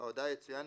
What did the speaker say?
בהודעה יצויין,